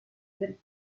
del